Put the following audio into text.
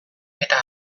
eta